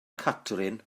catrin